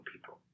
people